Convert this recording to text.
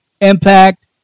Impact